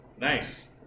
Nice